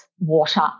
water